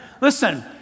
Listen